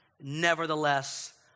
Nevertheless